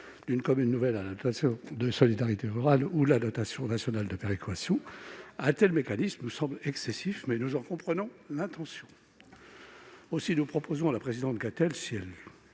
d'une commune nouvelle à la dotation de solidarité rurale ou à la dotation nationale de péréquation. Un tel mécanisme nous semble excessif, mais nous en comprenons l'intention. Nous proposerons donc à Mme Gatel une